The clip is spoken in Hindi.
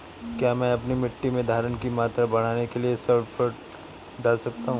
क्या मैं अपनी मिट्टी में धारण की मात्रा बढ़ाने के लिए सल्फर डाल सकता हूँ?